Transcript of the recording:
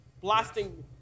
blasting